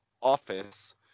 office